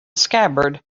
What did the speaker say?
scabbard